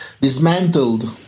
dismantled